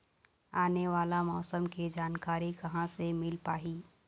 आने वाला मौसम के जानकारी कहां से मिल पाही?